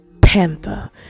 panther